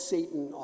Satan